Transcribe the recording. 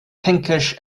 pinkish